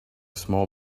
small